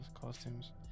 costumes